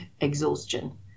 exhaustion